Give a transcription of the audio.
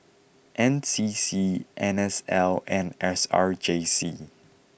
N C C N S L and S R J C